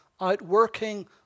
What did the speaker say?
outworking